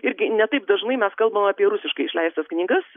irgi ne taip dažnai mes kalbam apie rusiškai išleistas knygas